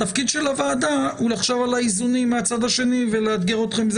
התפקיד שלנו הוא על האיזונים מהצד השני ולאתגר אתכם.